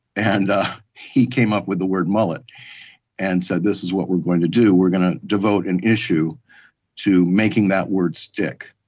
and he came up with the word mullet and said, this is what we're going to do. we're going to devote an issue to making that word stick.